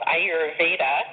Ayurveda